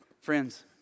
Friends